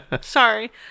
Sorry